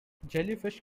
jellyfish